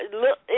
Look